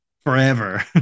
forever